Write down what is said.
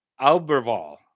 Alberval